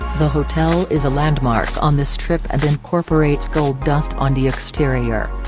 the hotel is a landmark on the strip and incorporates gold dust on the exterior.